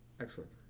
Excellent